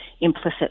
implicit